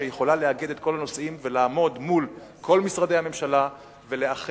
שיכולה לאגד את כל הנושאים ולעמוד מול כל משרדי הממשלה ולאחד,